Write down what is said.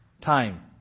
Time